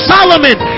Solomon